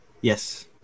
Yes